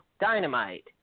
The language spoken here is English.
Dynamite